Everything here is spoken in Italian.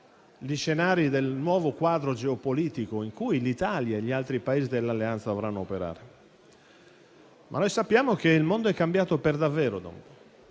gli scenari del nuovo quadro geopolitico in cui l'Italia e gli altri Paesi dell'Alleanza si troveranno a operare. Ma sappiamo che il mondo è cambiato davvero.